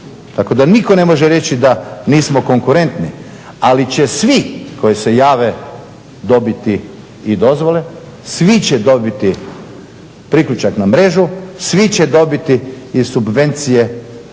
tako da nitko ne može reći da nismo konkurentni, ali će svi koji se jave dobiti i dozvole, svi će dobiti priključak mrežu, svi će dobiti i subvencije